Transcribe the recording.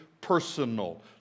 personal